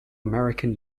american